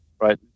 right